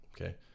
okay